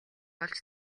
болж